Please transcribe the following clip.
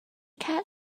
cat